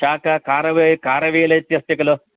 शाका कारवे कारवेलम् इति अस्ति खलु